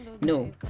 no